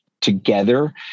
together